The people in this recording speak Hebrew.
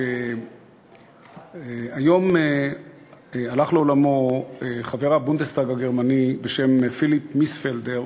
שהיום הלך לעולמו חבר הבונדסטאג הגרמני פיליפ מיספלדר,